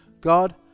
God